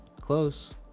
close